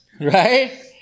Right